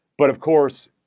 but of course,